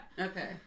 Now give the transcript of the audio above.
Okay